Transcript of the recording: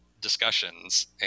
discussions